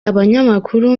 abanyamakuru